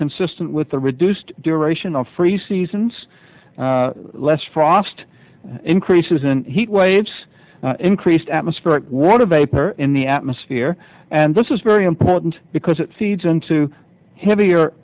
consistent with the reduced duration of free seasons less frost increases in heat waves increased atmospheric water vapor in the atmosphere and this is very important because it feeds into heav